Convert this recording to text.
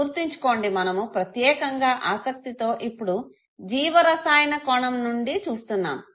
గుర్తుంచుకోండి మనము ప్రత్యేకంగా ఆసక్తితో ఇప్పుడు జీవరసాయన కోణం నుండి చూస్తున్నాము